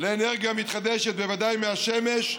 לאנרגיה מתחדשת, בוודאי מהשמש,